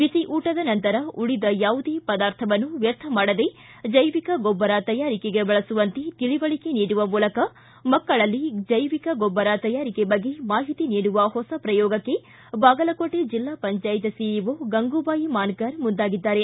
ಬಿಸಿ ಊಟದ ನಂತರ ಉಳಿದ ಯಾವುದೇ ಪದಾರ್ಥವನ್ನು ವೇಸ್ಟ್ ಮಾಡದೇ ಜೈವಿಕ ಗೊಬ್ಬರ ತಯಾರಿಕೆಗೆ ಬಳಸುವಂತೆ ತಿಳಿವಳಿಕೆ ನೀಡುವ ಮೂಲಕ ಮಕ್ಕಳಲ್ಲಿ ಜೈವಿಕ ಗೊಬ್ಬರ ತಯಾರಿಕೆ ಬಗ್ಗೆ ಮಾಹಿತಿ ನೀಡುವ ಹೊಸ ಪ್ರಯೋಗಕ್ಕೆ ಬಾಗಲಕೋಟ್ ಜಿಲ್ಲಾ ಪಂಜಾಯತ್ ಸಿಇಒ ಗಂಗೂಬಾಯಿ ಮಾನಕರ ಮುಂದಾಗಿದ್ದಾರೆ